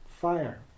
Fire